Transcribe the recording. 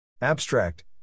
Abstract